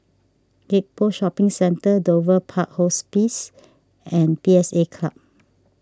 Gek Poh Shopping Centre Dover Park Hospice and P S A Club